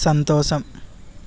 సంతోషం